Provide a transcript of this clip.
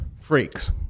freaks